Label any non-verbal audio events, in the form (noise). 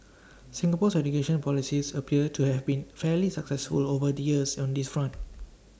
Singapore's education policies appear to have been fairly successful over the years on this front (noise)